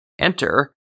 Enter